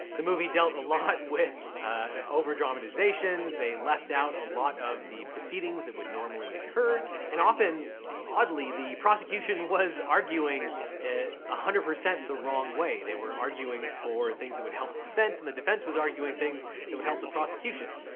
the movie dealt a lot with over dramatizations they left out a lot of the proceedings that would normally occur and often oddly the prosecution was arguing one ah hundred percent the wrong way. they were arguing for things that would help the defense and the defense was arguing things that would help the prosecution.